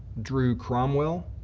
drew cromwell,